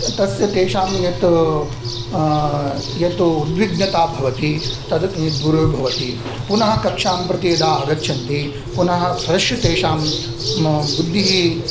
तस्य तेषां यत् यत् उद्विघ्नता भवति तद् दुर्वी भवति पुनः कक्षां प्रति यदा आगच्छन्ति पुनः फ़्रेश् तेषां बुद्दिः